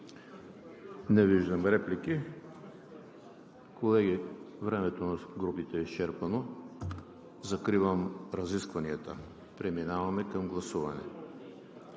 Не виждам реплики. Колеги, времето на групите е изчерпано. Закривам разискванията. Преминаваме към гласуване.